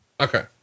Okay